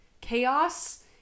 chaos